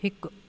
हिकु